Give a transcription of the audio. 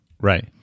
Right